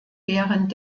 während